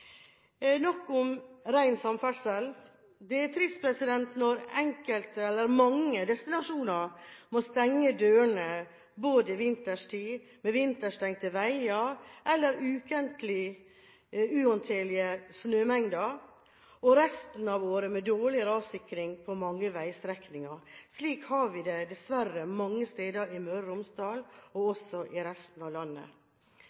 Nok om ren samferdsel. Det er trist når mange destinasjoner må stenge dørene både vinterstid, på grunn av vinterstengte veier eller ukentlige uhåndterlige snømengder, og resten av året på grunn av dårlig rassikring på mange veistrekninger. Slik har vi det dessverre mange steder i Møre og Romsdal og